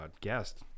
guest